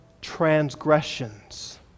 transgressions